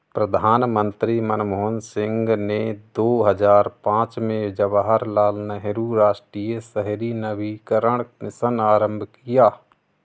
प्रधानमंत्री मनमोहन सिंह ने दो हजार पांच में जवाहरलाल नेहरू राष्ट्रीय शहरी नवीकरण मिशन आरंभ किया